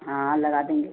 हाँ लगा देंगे